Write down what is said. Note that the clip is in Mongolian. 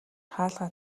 хаалгаа